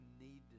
need